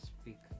speak